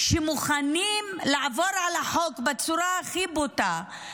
שמוכנים לעבור על החוק בצורה הכי בוטה,